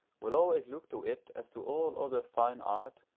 will always look to it, as to all other fine art,